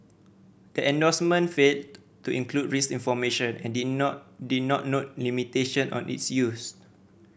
the endorsement failed to include risk information and did not did not note limitation on its use